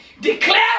declare